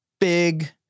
big